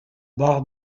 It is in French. bord